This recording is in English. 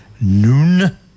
noon